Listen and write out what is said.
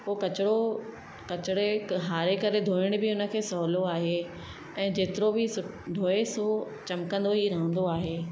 उहो किचिरो किचिरे हारे करे धुअण बि उन खे सहुलो आहे ऐं जेतिरो बि धुअसि उहो चिमकंदो ई रहंदो आहे